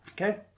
Okay